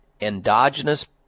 endogenous